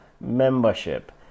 membership